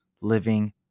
living